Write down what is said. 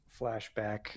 flashback